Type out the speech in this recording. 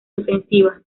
defensiva